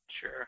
Sure